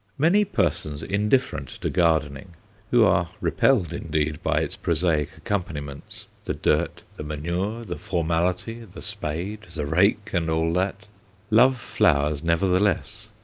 many persons indifferent to gardening who are repelled, indeed, by its prosaic accompaniments, the dirt, the manure, the formality, the spade, the rake, and all that love flowers nevertheless.